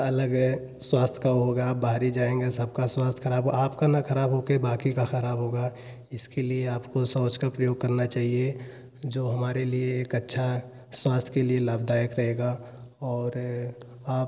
अलग स्वास्थ का होगा बाहरी जाएँगे सबका स्वास्थ्य खराब हो आपका न खराब होकर बाकी का खराब होगा इसके लिए आपको शौच का प्रयोग करना चाहिए जो हमारे लिए एक अच्छा स्वास्थ्य के लिए लाभदायक रहेगा और आप